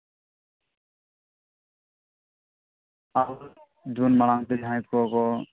ᱟᱵᱚ ᱨᱮᱱ ᱢᱟᱲᱟᱝ ᱛᱮ ᱡᱟᱦᱟᱸᱭ ᱠᱚᱠᱚ